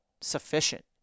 sufficient